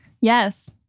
Yes